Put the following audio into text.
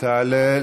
תעלה להודות.